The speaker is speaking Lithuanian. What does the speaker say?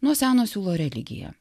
nuo seno siūlo religija